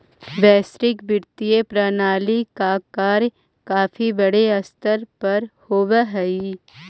वैश्विक वित्तीय प्रणाली का कार्य काफी बड़े स्तर पर होवअ हई